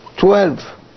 Twelve